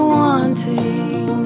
wanting